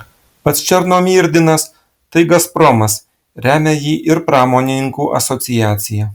pats černomyrdinas tai gazpromas remia jį ir pramonininkų asociacija